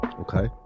Okay